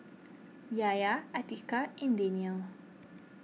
Yahya Atiqah and Daniel